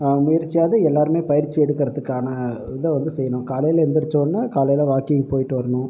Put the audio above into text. முயற்சியாவது எல்லொருமே பயிற்சி எடுக்கறத்துக்கான இதை வந்து செய்யணும் காலையில் எந்திரிச்ச உடனே காலையில் வாக்கிங் போயிட்டு வரணும்